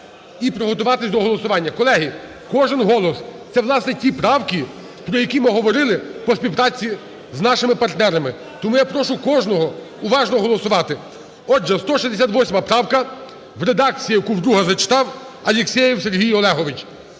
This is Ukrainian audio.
і приготуватись до голосування. Колеги, кожен голос це, власне, ті правки, про які ми говорили по співпраці з нашими партнерами. Тому я прошу кожного уважно голосувати. Отже, 168 правка в редакції, яку вдруге зачитав Алєксєєв Сергій Олегович.